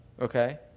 Okay